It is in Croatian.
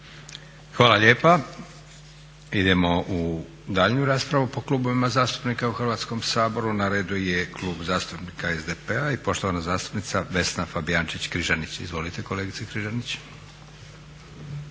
Hvala lijepa. Idemo u daljnju raspravu po klubovima zastupnika u Hrvatskom saboru. Na redu je Klub zastupnika SDP-a i poštovana zastupnica Vesna Fabijančić-Križanić. Izvolite kolegice Križanić.